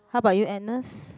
how about you Agnes